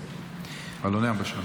אלוני הבשן.